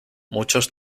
muchos